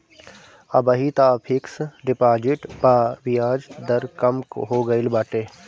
अबही तअ fix deposit पअ बियाज दर कम हो गईल बाटे